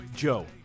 Joe